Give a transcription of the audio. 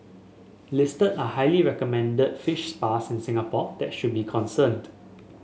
listed are highly recommended fish spas in Singapore that should be concerned